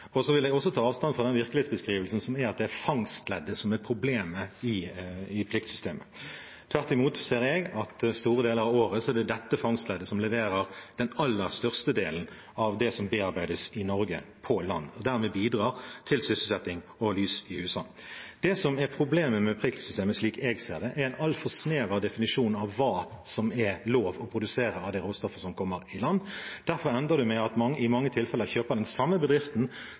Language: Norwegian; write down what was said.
Så vil jeg også ta avstand fra den virkelighetsbeskrivelsen at det er fangstleddet som er problemet i pliktsystemet. Tvert imot ser jeg at store deler av året er det fangstleddet som leverer den aller største delen av det som bearbeides i Norge på land, og dermed bidrar til sysselsetting og «lys i husan». Det som er problemet med pliktsystemet, slik jeg ser det, er en altfor snever definisjon av hva som er lov å produsere av det råstoffet som kommer i land. Derfor ender det i mange tilfeller med at den bedriften som man har tilbudsplikt til, kjøper den samme